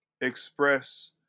express